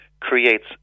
creates